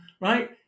right